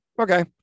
okay